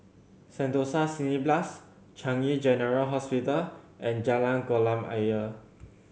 Sentosa Cineblast Changi General Hospital and Jalan Kolam Ayer